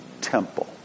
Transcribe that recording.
temple